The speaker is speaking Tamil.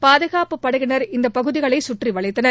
பாதுகாப்புப்படையினர் அந்த பகுதிகளை சுற்றி வளைத்தனர்